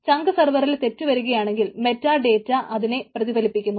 ചങ്ക് സർവറിൽ തെറ്റുവരുകയാണെങ്കിൽ മെറ്റാഡേറ്റാ അതിനെ പ്രതിഫലിപ്പിക്കുന്നു